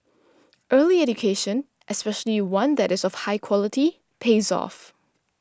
early education especially one that is of high quality pays off